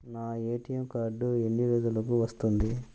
నా ATM card ఎన్ని రోజులకు వస్తుంది?